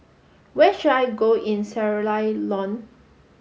where should I go in Sierra Leone